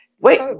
Wait